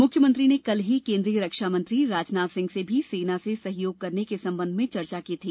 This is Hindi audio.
मुख्यमंत्री ने कल ही केन्द्रीय रक्षा मंत्री राजनाथ सिंह से भी सेना से सहयोग करने के संबंध में चर्चा की थी